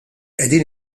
qegħdin